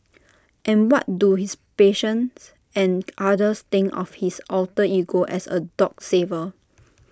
and what do his patients and others think of his alter ego as A dog saver